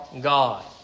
God